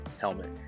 helmet